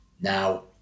Now